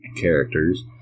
characters